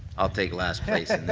um take last place.